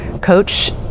coach